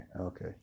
okay